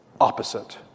Opposite